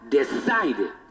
decided